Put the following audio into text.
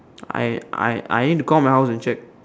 I I I need to call my house and check